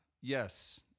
Yes